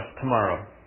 tomorrow